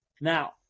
Now